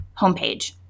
homepage